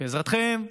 בעזרתכם,